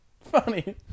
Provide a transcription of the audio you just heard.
Funny